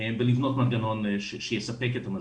ולבנות מנגנון שיספק את המזון.